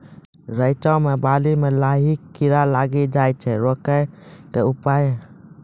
रिचा मे बाली मैं लाही कीड़ा लागी जाए छै रोकने के उपाय?